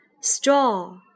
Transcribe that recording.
Straw